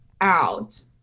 out